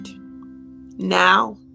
Now